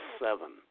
seven